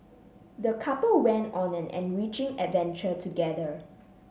the couple went on an enriching adventure together